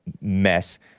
mess